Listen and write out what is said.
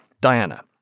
Diana